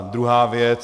Druhá věc.